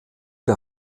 der